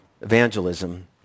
evangelism